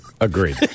Agreed